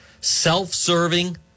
self-serving